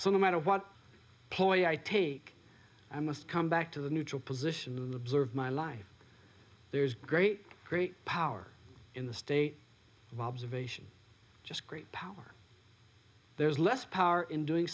so no matter what point i take i must come back to the neutral position observe my life there's great great power in the state valves of asian just great power there's less power in doing